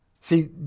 See